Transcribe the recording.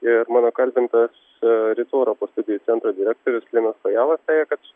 ir mano kalbintas rytų europos studijų centro direktorius linas kojala sakė kad